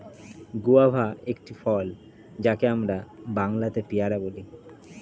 guava একটি ফল যাকে আমরা বাংলাতে পেয়ারা বলি